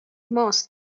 ماست